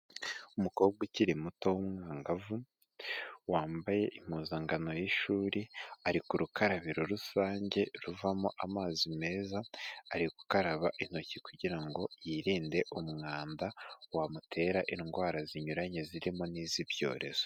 Umukobwa ukiri muto w'umwangavu wambaye impuzankano y'ishuri, ari ku rukarabiro rusange ruvamo amazi meza, ari gukaraba intoki kugira ngo yirinde umwanda wamutera indwara zinyuranye zirimo n'iz'ibyorezo.